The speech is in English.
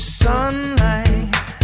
sunlight